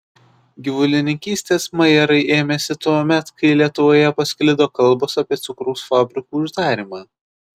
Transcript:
gyvulininkystės majerai ėmėsi tuomet kai lietuvoje pasklido kalbos apie cukraus fabrikų uždarymą